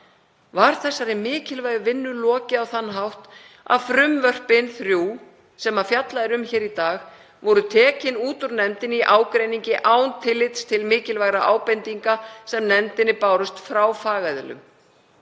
var þessari mikilvægu vinnu lokið á þann hátt að frumvörpin þrjú sem fjallað er um hér í dag voru tekin úr nefnd í ágreiningi og án tillits til mikilvægra ábendinga sem nefndinni bárust frá fagaðilum,